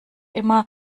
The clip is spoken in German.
immer